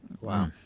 Wow